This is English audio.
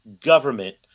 government